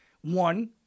One